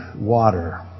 water